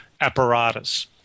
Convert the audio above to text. apparatus